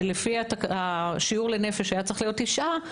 שלפי השיעור לנפש היה צריך להיות תשעה,